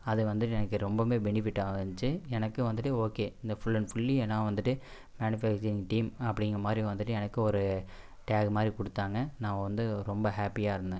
அது வந்துவிட்டு எனக்கு ரொம்பவுமே ஃபெனிபிட்டாக இருந்துச்சு எனக்கு வந்துவிட்டு ஓகே இந்த ஃபுல் அண்ட் ஃபுல்லி நான் வந்துவிட்டு மேனுபேக்ச்சரிங் டீம் அப்படிங்கிற மாதிரி வந்துவிட்டு எனக்கு ஒரு டேகு மாதிரி கொடுத்தாங்க நான் வந்து ரொம்ப ஹேப்பியாக இருந்தேன்